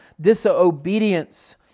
disobedience